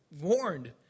warned